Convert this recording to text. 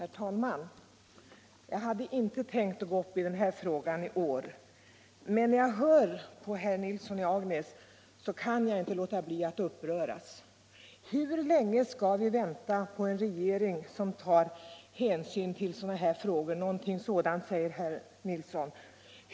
Herr talman! Jag hade inte tänkt begära ordet i denna fråga i år, men när jag hör herr Nilsson i Agnäs kan jag inte låta bli att uppröras. Vad herr Nilsson sade hade ungefär följande innebörd: Hur länge skall vi vänta på en regering som tar hänsyn till sådana här frågor?